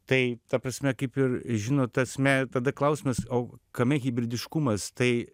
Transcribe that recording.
tai ta prasme kaip ir žinot ta prasme tada klausimas o kame hibridiškumas tai